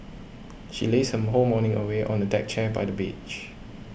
she lazed her whole morning away on a deck chair by the beach